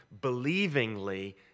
believingly